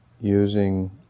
using